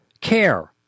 care